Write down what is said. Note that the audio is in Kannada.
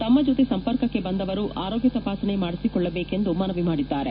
ತಮ್ಮ ಜೊತೆ ಸಂಪರ್ಕಕ್ಕೆ ಬಂದವರು ಆರೋಗ್ಯ ತಪಾಸಣೆ ಮಾಡಿಸಿಕೊಳ್ಳದೇಕು ಎಂದು ಅವರು ಮನವಿ ಮಾಡಿದ್ದಾರೆ